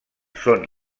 són